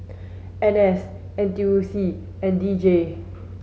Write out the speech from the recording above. N S N T U C and D J